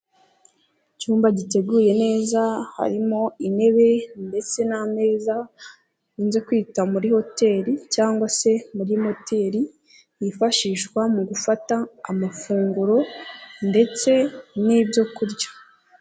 Icyumba giteguye neza, harimo intebe ndetse n'ameza, zakunze kwitwa muri hoteri cyangwa se muri moteri, yifashishwa mu gufata amafunguro ndetse n'ibyorya.